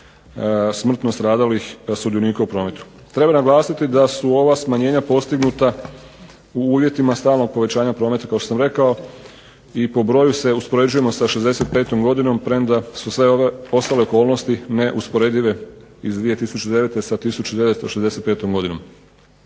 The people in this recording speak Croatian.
smrtno stradalih sudionika u prometu. Treba naglasiti da su ova smanjenja postignuta u uvjetima stalnog povećanja prometa kao što sam rekao i po broju se uspoređujemo sa '65. godinom premda su sve ostale okolnosti neusporedive iz 2009. sa 1965. godinom.